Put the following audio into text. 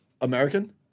American